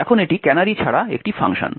এখন এটি ক্যানারি ছাড়া একটি ফাংশন